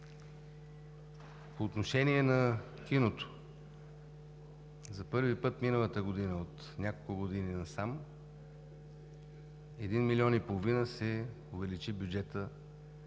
По отношение на киното. За първи път миналата година, от няколко години насам, с 1,5 млн. лв. се увеличи бюджетът за кино.